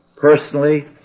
personally